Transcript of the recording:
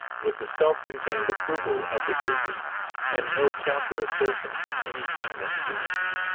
with the self-contained approval of the blue deep and no counter-assertion from any demon wind.